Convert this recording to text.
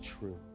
true